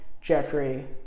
jeffrey